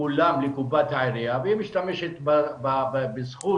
כולם לקופת העירייה, והיא משתמשת בזכות